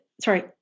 sorry